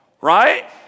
right